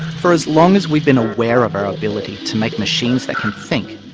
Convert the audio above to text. for as long as we've been aware of our ability to make machines that can think,